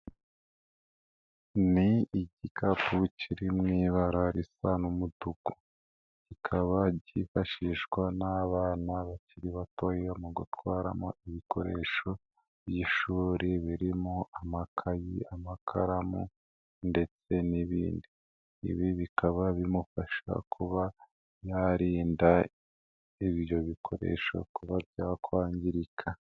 Ni igikapu kiri mu ibara risa n'umutuku. Kikaba cyifashishwa n'abana bakiri batoya mu gutwaramo ibikoresho by'ishuri birimo amakayi, amakaramu ndetse n'ibindi. ibi bikaba bimufasha kuba yarinda ibyo bikoresho kuba byakwangirika.